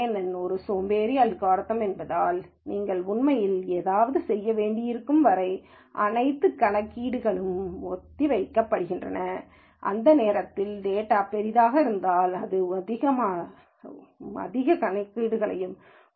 என் ஒரு சோம்பேறி அல்காரிதம் என்பதால் நீங்கள் உண்மையில் ஏதாவது செய்ய வேண்டியிருக்கும் வரை அனைத்து கணக்கீடுகளும் ஒத்திவைக்கப்படுகின்றன அந்த நேரத்தில் டேட்டாபெரியதாக இருந்தால் இன்னும் அதிகமான உன்னதமான அதிக கணக்கீடுகள் இருக்கலாம்